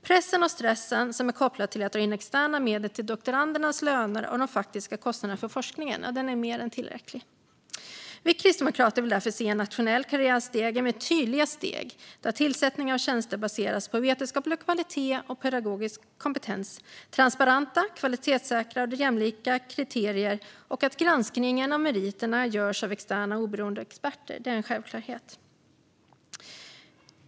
Pressen och stressen som är kopplad till att dra in externa medel till doktorandernas löner och till de faktiska kostnaderna för forskningen är mer än tillräcklig. Kristdemokraterna vill därför se en nationell karriärstege med tydliga steg där tillsättningen av tjänsterna baseras på vetenskaplig kvalitet och pedagogisk kompetens. Transparenta, kvalitetssäkrade och jämlika kriterier och att granskning av meriter görs av externa oberoende experter är en självklarhet.